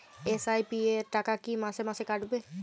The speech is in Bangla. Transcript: এস.আই.পি র টাকা কী মাসে মাসে কাটবে?